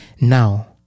now